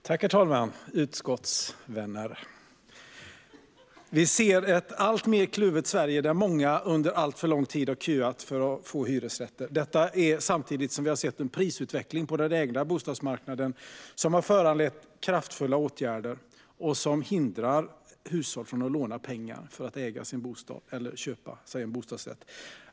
Herr talman! Utskottsvänner! Vi ser ett alltmer kluvet Sverige, där många under alltför lång tid köat för att få hyresrätter. Samtidigt har prisutvecklingen på marknaden för ägda bostäder föranlett kraftfulla åtgärder som hindrar hushåll från att låna pengar för att kunna äga en bostad eller köpa sig en bostadsrätt.